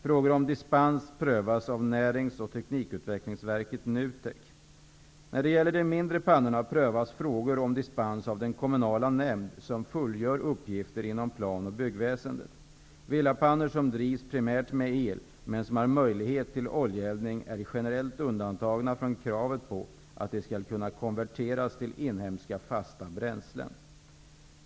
Frågor om dispens prövas av När det gäller de mindre pannorna prövas frågor om dispens av den kommunala nämnd som fullgör uppgifter inom plan och byggväsendet. Villapannor som drivs primärt med el men som har möjlighet till oljeeldning är generellt undantagna från kravet på att de skall kunna konverteras till inhemska fasta bränslen.